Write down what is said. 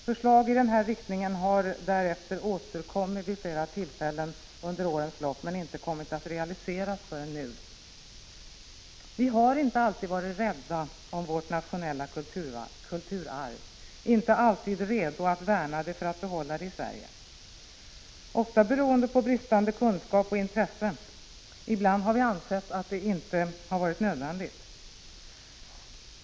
Förslag i den riktningen har därefter återkommit vid fler tillfällen under årens lopp men inte kommit att realiseras förrän nu. Vi har inte alltid varit rädda om vårt nationella kulturarv, inte alltid varit redo att värna det för att behålla det i Sverige, ofta beroende på bristande kunskap och intresse — ibland har vi ansett att det inte varit nödvändigt.